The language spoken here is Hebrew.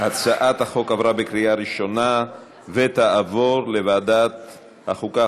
הצעת החוק עברה בקריאה ראשונה ותעבור לוועדת החוקה,